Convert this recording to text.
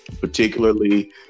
Particularly